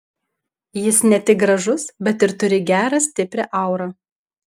jis ne tik gražus bet ir turi gerą stiprią aurą